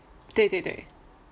对对对